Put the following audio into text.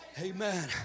Amen